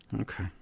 Okay